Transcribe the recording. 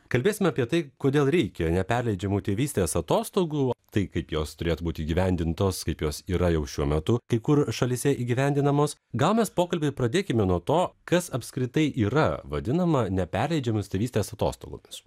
kalbėsime apie tai kodėl reikia neperleidžiamų tėvystės atostogų tai kaip jos turėtų būti įgyvendintos kaip jos yra jau šiuo metu kai kur šalyse įgyvendinamos gal mes pokalbį pradėkime nuo to kas apskritai yra vadinama neperleidžiamos tėvystės atostogomis